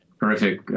horrific